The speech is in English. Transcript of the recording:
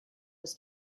was